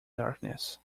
darkness